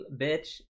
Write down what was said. Bitch